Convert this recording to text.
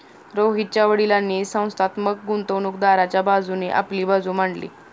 रोहितच्या वडीलांनी संस्थात्मक गुंतवणूकदाराच्या बाजूने आपली बाजू मांडली